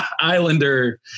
islander